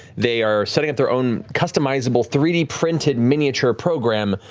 they are setting up their own customizable three d printed miniature program